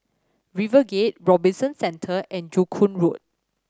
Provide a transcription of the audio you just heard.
RiverGate Robinson Centre and Joo Koon Road